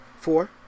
Four